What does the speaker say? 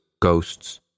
Ghosts